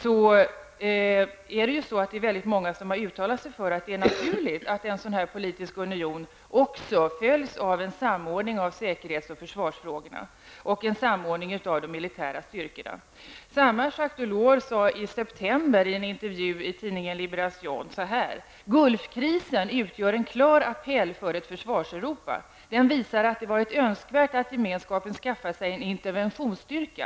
Det är många som har uttalat att det är naturligt att en sådan politisk union också följs av en samordning av säkerhetsoch försvarsfrågorna och en samordning av de militära styrkorna. Jaceues Delors sade också i september i en intervju i tidningen Liberation att Gulfkrisen utgör en klar appell för ett Försvarseuropa. Den visar att det har varit önskvärt att gemenskapen skaffat sig en interventionsstyrka.